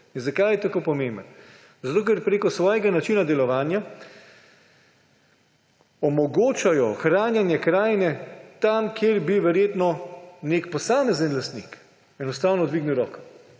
Zakaj je tako pomemben? Zato ker preko svojega načina delovanja omogoča ohranjanje krajine tam, kjer bi verjetno nek posamezen lastnik enostavno dvignil roke.